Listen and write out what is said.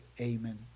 Amen